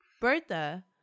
Bertha